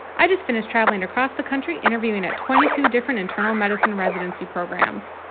i just finished traveling across the country interviewing at twenty two different internal medicine residency programs.